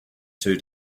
two